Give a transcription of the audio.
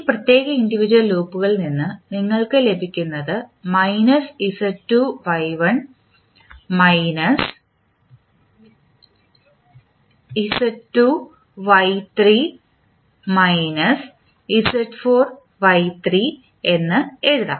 ഈ പ്രത്യേക ഇൻഡിവിജ്വൽ ലൂപ്പുകളിൽ നിന്ന് നിങ്ങൾക്ക് ലഭിക്കുന്നതു minus Z2 Y1 minus Z2 Y3 minus Z4 Y3 എന്ന് എഴുതാം